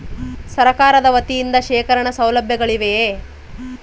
ಸರಕಾರದ ವತಿಯಿಂದ ಶೇಖರಣ ಸೌಲಭ್ಯಗಳಿವೆಯೇ?